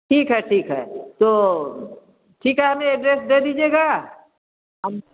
ठीक है ठीक है तो ठीक है हमें एड्रेस दे दीजिएगा हम